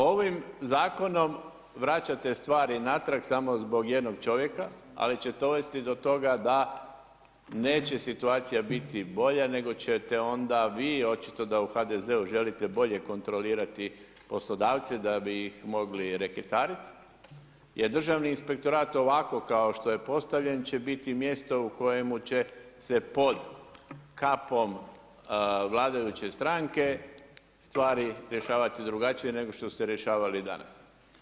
Ovim zakonom vraćate stvari natrag samo zbog jednog čovjeka ali će dovesti do toga da neće situacija biti bilja nego ćete onda vi, očito da u HDZ-u želite bolje kontrolirati poslodavce da bi ih mogli reketariti jer Državni inspektorat ovako kao što je postavljen će biti mjesto u kojemu će se pod kapom vladajuće stranke stvari rješavati drugačije nego što se rješavali danas.